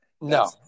No